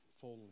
fully